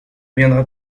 viendra